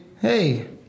hey